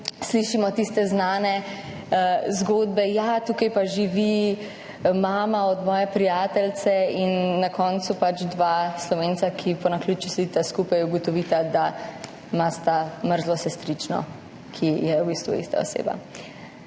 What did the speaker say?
slišimo tiste znane zgodbe, ja, tukaj pa živi mama od moje prijateljice, in na koncu pač dva Slovenca, ki po naključju sedita skupaj, ugotovita, da imata mrzlo sestrično, ki je v bistvu ista oseba.